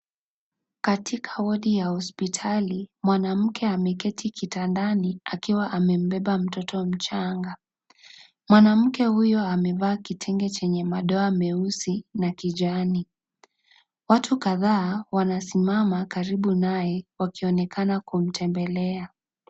Katika wodi ya hospitali, mwanamke ameketi kitandani akiwa amembeba mtoto mchanga, mwanamke huyo amevaa kitenge chenye madwa meusi na kijani. Watu kadhaa wanasimama karibu naye wakionekana kumtembelea.